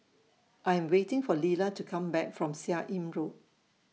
I Am waiting For Lila to Come Back from Seah Im Road